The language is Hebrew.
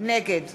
נגד